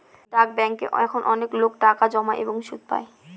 ডাক ব্যাঙ্কে এখন অনেকলোক টাকা জমায় এবং সুদ পাই